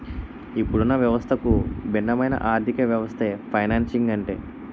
ఇప్పుడున్న వ్యవస్థకు భిన్నమైన ఆర్థికవ్యవస్థే ఫైనాన్సింగ్ అంటే